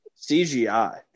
CGI